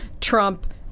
Trump